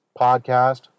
podcast